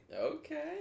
Okay